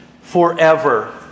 Forever